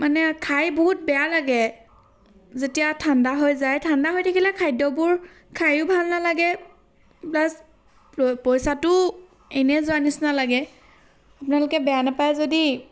মানে খাই বহুত বেয়া লাগে যেতিয়া ঠাণ্ডা হৈ যায় ঠাণ্ডা হৈ থাকিলে খাদ্যবোৰ খায়ো ভাল নালাগে প্লাছ প পইচাটোও এনেই যোৱা নিচিনা লাগে আপোনালোকে বেয়া নেপায় যদি